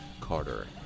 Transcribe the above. Carter